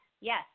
Yes